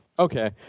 Okay